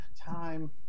time